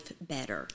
better